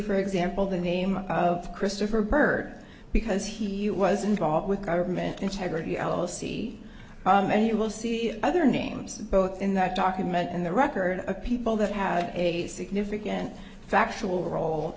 for example the name of christopher byrd because he was involved with government integrity l c m and you will see other names both in that document and the record of people that had a significant factual role